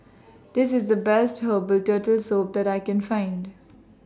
This IS The Best Herbal Turtle Soup that I Can Find